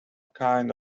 kind